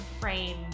frame